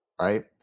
right